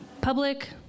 public